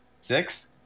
six